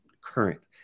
current